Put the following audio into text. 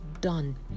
done